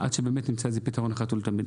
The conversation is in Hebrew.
עד שבאמת נמצא פתרון אחת ולתמיד.